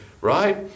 right